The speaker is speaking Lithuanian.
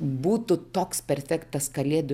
būtų toks perfektas kalėdų